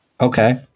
Okay